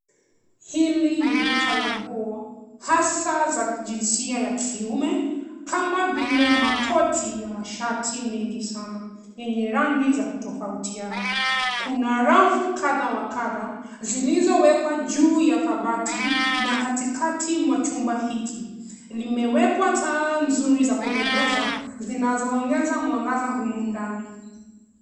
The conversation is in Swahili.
Hili ni duka la nguo hasa za kijinsia ya kiume, kama vile makoti na mashati mengi sana, yenye rangi za kutofautiana. Kuna rafu kadhaa wa kadha, zilizowekwa juu ya kabati na katikati mwa chumba hiki. Limewekwa taa nzuri za kupendeza, zinazoongeza mwangaza humu ndani.